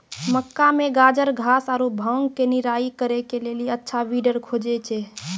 मक्का मे गाजरघास आरु भांग के निराई करे के लेली अच्छा वीडर खोजे छैय?